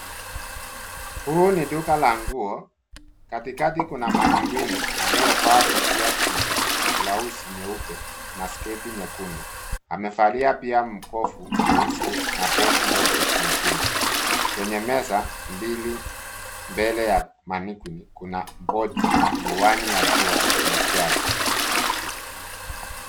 Huu ni duka la nguo katikati kuna mannequin aliyevaa kofia kubwa, blauzi nyeupe na sketi nyekundu. Amevalia pia mkufu mweusi na pochi ndogo nyekundu. Kwenye meza, mbele ya mannequin kuna pochi, miwani ya jua na shali.